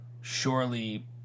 surely